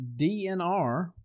DNR